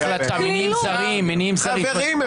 מניעים זרים ------ חברים,